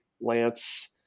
Lance